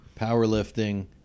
powerlifting